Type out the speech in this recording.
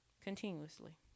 continuously